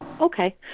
Okay